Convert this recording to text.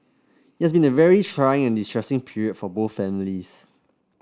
it has been a very trying and distressing period for both families